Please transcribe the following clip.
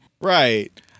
Right